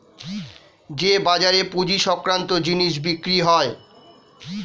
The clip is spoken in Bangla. যে বাজারে পুঁজি সংক্রান্ত জিনিস বিক্রি হয়